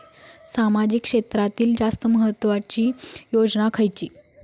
सामाजिक क्षेत्रांतील जास्त महत्त्वाची योजना खयची?